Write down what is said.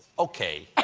okay.